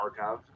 archive